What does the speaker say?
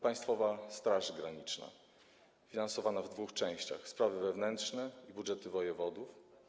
Państwowa Straż Graniczna - finansowanie przewidziane w dwóch częściach: sprawy wewnętrzne i budżety wojewodów.